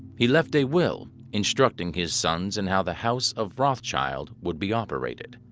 he left a will instructing his sons in how the house of rothschild would be operated.